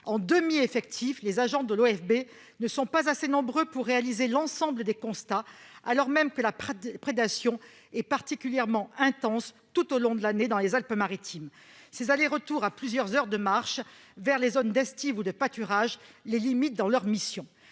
En demi-effectif, les agents de l'OFB ne sont pas assez nombreux pour réaliser l'ensemble des constats, alors même que la prédation est particulièrement intense tout au long de l'année dans les Alpes-Maritimes. Ces allers-retours, qui requièrent plusieurs heures de marche vers les zones d'estive ou de pâturage, les limitent dans leurs missions.